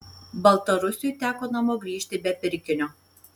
baltarusiui teko namo grįžti be pirkinio